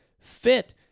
fit